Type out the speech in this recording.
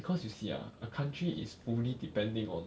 because you see ah a country is fully depending on